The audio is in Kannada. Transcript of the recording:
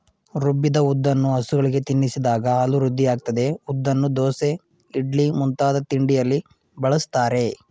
ರುಬ್ಬಿದ ಉದ್ದನ್ನು ಹಸುಗಳಿಗೆ ತಿನ್ನಿಸಿದಾಗ ಹಾಲು ವೃದ್ಧಿಯಾಗ್ತದೆ ಉದ್ದನ್ನು ದೋಸೆ ಇಡ್ಲಿ ಮುಂತಾದ ತಿಂಡಿಯಲ್ಲಿ ಬಳಸ್ತಾರೆ